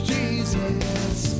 Jesus